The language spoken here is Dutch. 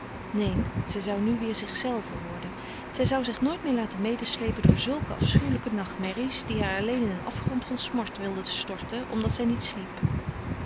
neen zij zou nu weêr zichzelve worden zij zou zich nooit meer laten medesleepen door zulke afschuwelijke nachtmerries die haar alleen in een afgrond van smart wilden storten omdat zij niet sliep